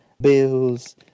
bills